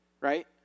right